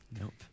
Nope